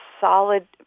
solid